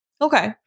Okay